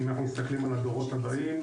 אם אנחנו מסתכלים על הדורות הבאים,